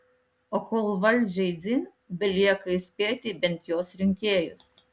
o kol valdžiai dzin belieka įspėti bent jos rinkėjus